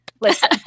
listen